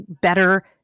better